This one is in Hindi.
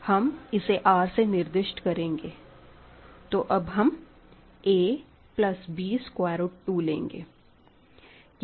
हम इसे R से निर्दिष्ट करेंगे तो अब हम a plus b square root 2 लेंगे